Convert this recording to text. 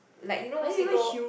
like you know mosquito